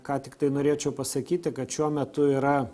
ką tiktai norėčiau pasakyti kad šiuo metu yra